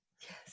Yes